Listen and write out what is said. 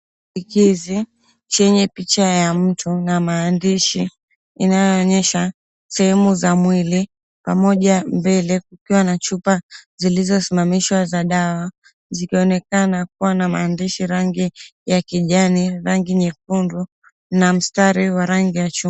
Kibandikizi chenye picha ya mtu na maandishi inayoonyesha sehemu za mwili pamoja mbele kukiwa na chupa zilizosimamishwa za dawa zikionekana kua na maandishi rangi ya kijani, rangi nyekundu na mstari wa rangi ya chungwa.